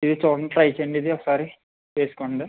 ఇది చూడండి ట్రై చెయ్యండి ఇది ఒకసారి వేసుకోండి